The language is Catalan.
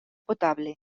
potable